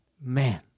Man